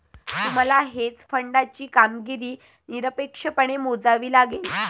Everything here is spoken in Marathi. तुम्हाला हेज फंडाची कामगिरी निरपेक्षपणे मोजावी लागेल